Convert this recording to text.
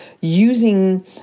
using